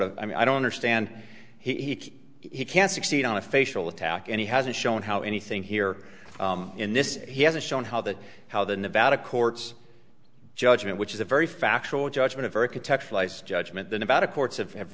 of i mean i don't understand he he can't succeed on a facial attack and he hasn't shown how anything here in this he hasn't shown how the how the nevada court's judgment which is a very factual judgment of architecture lies judgment than about a courts of have